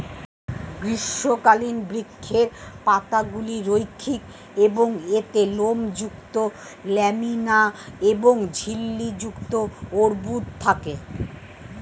গ্রীষ্মকালীন বৃক্ষের পাতাগুলি রৈখিক এবং এতে লোমযুক্ত ল্যামিনা এবং ঝিল্লি যুক্ত অর্বুদ থাকে